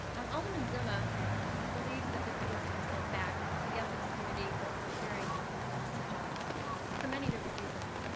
um alderman zima believes that this needs to be sent back to the ethics committee for a hearing for a decision for many different reasons.